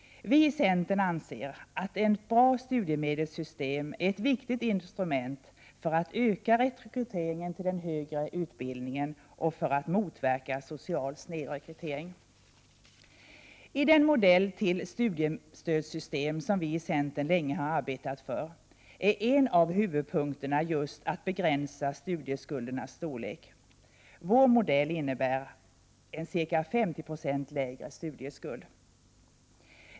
Vi i centern anser att ett bra studiemedelssystem är ett viktigt instrument för att öka rekryteringen till den högre utbildningen och för att motverka social snedrekrytering. I den modell till studiestödssystem som vi i centern länge har arbetat för är en av huvudpunkterna just att begränsa studieskuldernas storlek. Vår modell innebär en ca 50 96 lägre studieskuld.